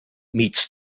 meets